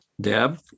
Deb